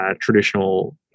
traditional